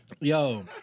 yo